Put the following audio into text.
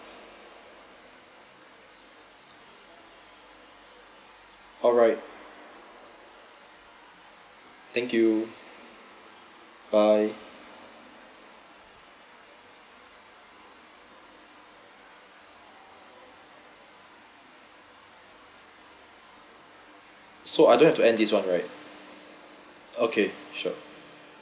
alright thank you bye so I don't have to end this one right okay sure